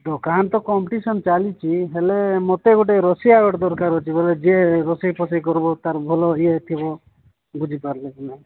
ଦୋକାନ ତ କମ୍ପିଟିସନ୍ ଚାଲିଛି ହେଲେ ମୋତେ ଗୋଟେ ରୋଷେଇଆ ଗୋଟ ଦରକାର ଅଛି ବୋଲେ ଯିଏ ରୋଷେଇ ଫୋଷେଇ କରିବ ତା'ର ଭଲ ଇଏ ଥିବ ବୁଝିପାରିଲେ କି ନାହି